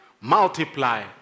multiply